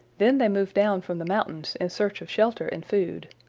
then they move down from the mountains in search of shelter and food.